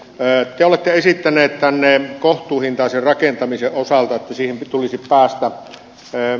te olette esittäneet tänne kohtuuhintaisen rakentamisen osalta että siihen tulisi päästä